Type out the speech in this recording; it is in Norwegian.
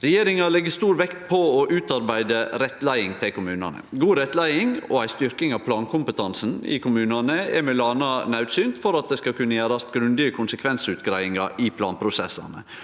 Regjeringa legg stor vekt på å utarbeide rettleiing til kommunane. God rettleiing og ei styrking av plankompetansen i kommunane er m.a. naudsynt for at det skal kunne gjerast grundige konsekvensutgreiingar i planprosessane,